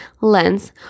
lens